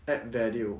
add value